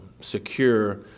secure –